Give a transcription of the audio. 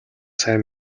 сайн